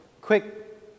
quick